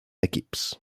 equips